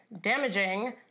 damaging